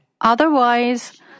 Otherwise